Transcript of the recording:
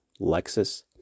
Lexus